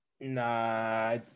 Nah